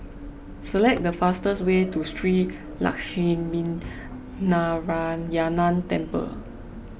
select the fastest way to Shree Lakshminarayanan Temple